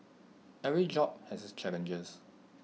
every job has its challenges